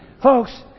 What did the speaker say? Folks